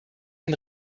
ein